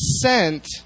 sent